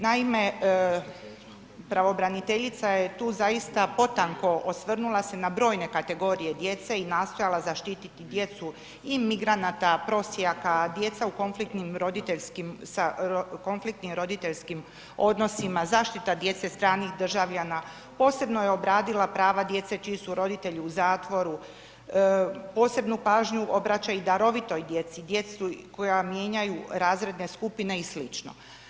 Naime, pravobraniteljica je tu zaista potanko osvrnula se na brojne kategorije djece i nastojala zaštititi djecu i migranata, prosjaka, djeca u konfliktnim roditeljskim odnosima, zaštita djece stranih državljana, posebno je obradila prava djece čiji su roditelji u zatvoru, posebnu pažnju obraća i darovitoj djeci, djeci koja mijenjaju razredne skupine i slično.